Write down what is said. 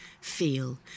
feel